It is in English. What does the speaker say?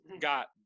got